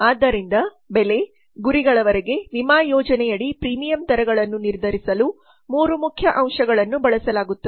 ಆದ್ದರಿಂದ ಬೆಲೆ ಗುರಿಗಳವರೆಗೆ ವಿಮಾ ಯೋಜನೆಯಡಿ ಪ್ರೀಮಿಯಂpremium ದರಗಳನ್ನು ನಿರ್ಧರಿಸಲು 3 ಮುಖ್ಯ ಅಂಶಗಳನ್ನು ಬಳಸಲಾಗುತ್ತದೆ